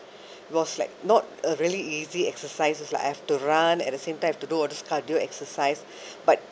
it was like not a really easy exercises like I have to run at the same time have to do all this cardio exercise but